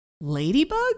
ladybug